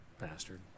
Bastard